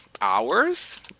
hours